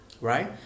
right